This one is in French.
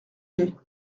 plait